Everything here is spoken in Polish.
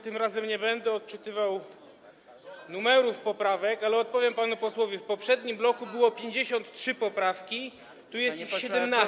Tym razem nie będę odczytywał numerów poprawek, ale odpowiem panu posłowi: w poprzednim bloku były 53 poprawki, tu jest ich 17.